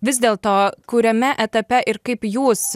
vis dėlto kuriame etape ir kaip jūs